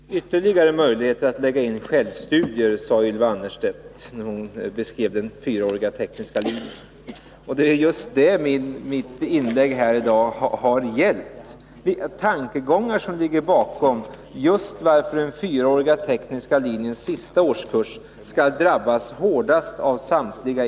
Herr talman! Det finns ytterligare möjligheter att lägga in självstudier, sade Ylva Annerstedt när hon beskrev den fyraåriga tekniska linjen. Vad mitt inlägg här i dag har gällt är ju de tankegångar som ligger bakom motiveringen för att den fyraåriga tekniska linjens sista årskurs skall drabbas hårdast av samtliga.